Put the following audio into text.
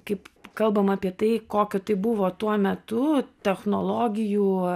kaip kalbama apie tai kokiu tai buvo tuo metu technologijų